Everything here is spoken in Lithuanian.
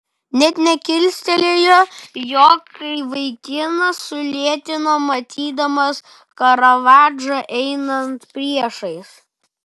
net nekilstelėjo jo kai vaikinas sulėtino matydamas karavadžą einant priešais